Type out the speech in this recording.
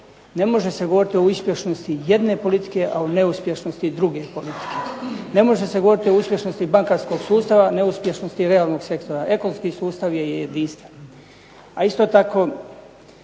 ne može se govoriti o uspješnosti jedne politike, a o neuspješnosti druge politike. Ne može se govoriti o uspješnosti bankarskog sustava, a o neuspješnosti realnog sektora. Ekonomski sustav je jedinstven.